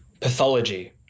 Pathology